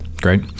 Great